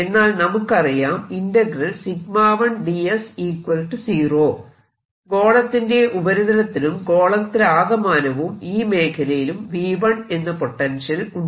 എന്നാൽ നമുക്കറിയാം ഗോളത്തിന്റെ ഉപരിതലത്തിലും ഗോളത്തിലാകമാനവും ഈ മേഖലയിലും V1 എന്ന പൊട്ടൻഷ്യൽ ഉണ്ട്